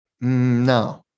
No